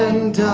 and